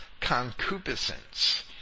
concupiscence